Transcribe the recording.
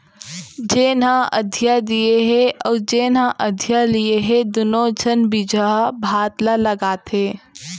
जेन ह अधिया दिये हे अउ जेन ह अधिया लिये हे दुनों झन बिजहा भात ल लगाथें